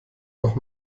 auch